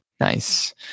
Nice